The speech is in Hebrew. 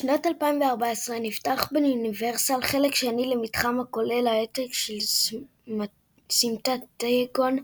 בשנת 2014 נפתח ביוניברסל חלק שני למתחם הכולל העתק של סמטת דיאגון,